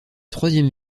troisième